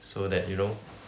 so that you know